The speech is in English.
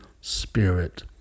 Spirit